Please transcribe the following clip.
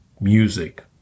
music